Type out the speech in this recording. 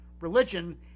religion